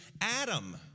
Adam